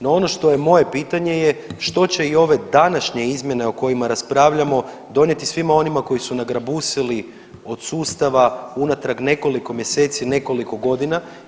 No ono što je moje pitanje je što će i ove današnje izmjene o kojima raspravljamo donijeti svima onima koji su nagrabusili od sustava unatrag nekoliko mjeseci nekoliko godina?